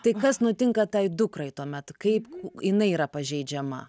tai kas nutinka tai dukrai tuomet kaip jinai yra pažeidžiama